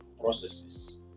processes